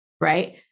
right